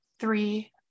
three